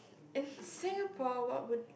in Singapore what would